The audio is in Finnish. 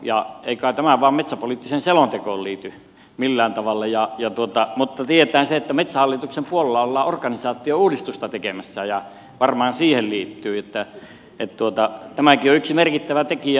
ei kai tämä vain metsäpoliittiseen selontekoon liity millään tavalla mutta tiedetään se että metsähallituksen puolella ollaan organisaatiouudistusta tekemässä ja se varmaan siihen liittyy niin että tämäkin on yksi merkittävä tekijä